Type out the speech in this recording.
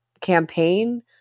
campaign